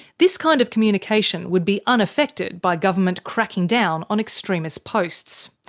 this kind of communication would be unaffected by government cracking down on extremist posts.